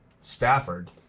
Stafford